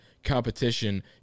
Competition